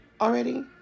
already